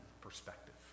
perspective